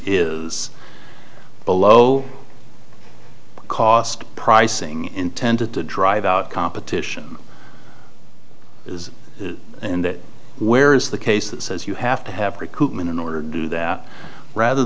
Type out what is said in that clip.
is below cost pricing intended to drive out competition in that where is the case that says you have to have recoupment in order to do that rather